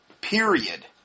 Period